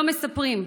לא מספרים,